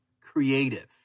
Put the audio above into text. creative